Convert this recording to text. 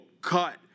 cut